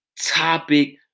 topic